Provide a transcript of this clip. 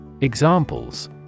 Examples